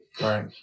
Right